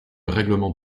règlement